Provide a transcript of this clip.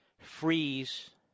freeze